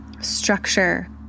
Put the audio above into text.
structure